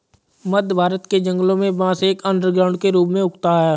मध्य भारत के जंगलों में बांस एक अंडरग्राउंड के रूप में उगता है